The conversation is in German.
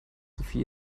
sophie